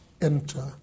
enter